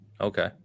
Okay